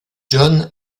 john